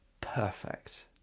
perfect